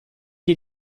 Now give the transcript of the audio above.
dir